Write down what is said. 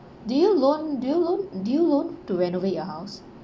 do you loan do you loan do you loan to renovate your house